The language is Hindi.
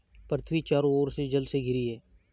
पृथ्वी चारों ओर से जल से घिरी है